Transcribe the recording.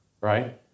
right